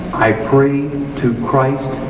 i pray to christ,